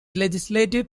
legislative